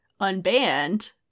unbanned